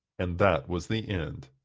and that was the end.